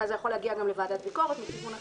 וזה גם יכול להגיע לוועדת הביקורת מכיוון אחר.